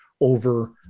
over